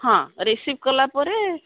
ହଁ ରିସିଭ୍ କଲା ପରେ